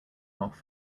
off